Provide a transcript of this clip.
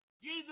Jesus